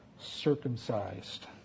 circumcised